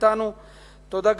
תודה,